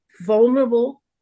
vulnerable